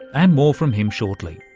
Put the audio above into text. and more from him shortly.